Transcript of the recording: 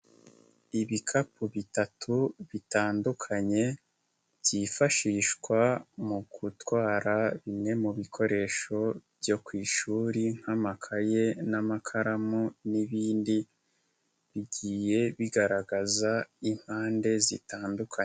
Ibikapu bitatu bitandukanye byifashishwa mu gutwara bimwe mu bikoresho byo ku ishuri nk'amakaye n'amakaramu n'ibindi, bigiye bigaragaza impande zitandukanye.